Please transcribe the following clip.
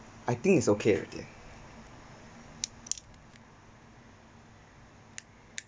I think is okay already